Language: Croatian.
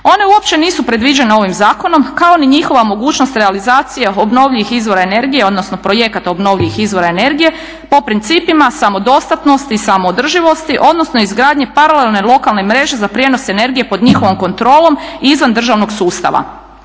One uopće nisu predviđene ovim zakonom kao ni njihova mogućnost realizacije obnovljivih izvora energije, odnosno projekata obnovljivih izvora energije po principima samodostatnosti i samo održivosti, odnosno izgradnje paralelne lokalne mreže za prijenos energije pod njihovom kontrolom izvan državnog sustava.